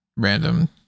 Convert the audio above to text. random